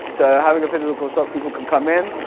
so having a physical shop, people can come in,